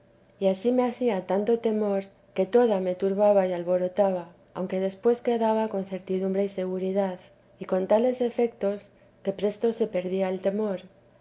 y ansí me hacía tanto temor que toda me turbaba y alborotaba aunque después quedaba con certidumbre y seguridad y con tales efetos que presto se perdía el temor